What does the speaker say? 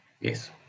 Yes